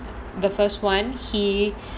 the first one he